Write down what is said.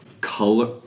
color